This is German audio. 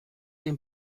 dem